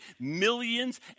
millions